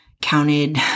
counted